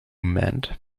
mend